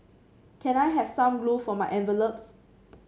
can I have some glue for my envelopes